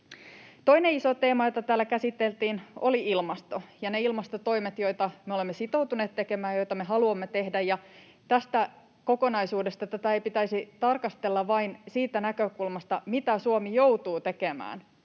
Toinen iso teema, jota täällä käsiteltiin, oli ilmasto ja ne ilmastotoimet, joita me olemme sitoutuneet tekemään ja joita me haluamme tehdä. Tästä kokonaisuudesta: Tätä ei pitäisi tarkastella vain siitä näkökulmasta, mitä Suomi joutuu tekemään